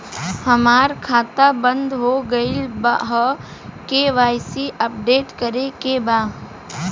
हमार खाता बंद हो गईल ह के.वाइ.सी अपडेट करे के बा?